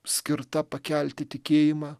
skirta pakelti tikėjimą